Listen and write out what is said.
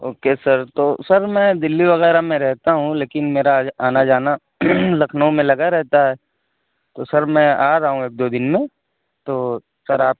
okay sir تو sir میں دہلی غیرہ میں رہتا ہوں لیکن میرا آنا جانا لکھنؤ میں لگا رہتا ہے تو سر میں آ رہا ہوں ایک دو دن میں تو سر آپ